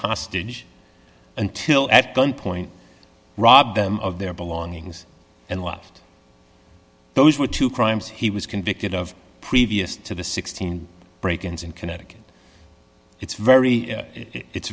hostage until at gunpoint robbed them of their belongings and left those were two crimes he was convicted of previous to the sixteen break ins in connecticut it's